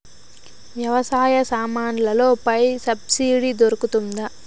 వ్యవసాయ సామాన్లలో పై సబ్సిడి దొరుకుతుందా?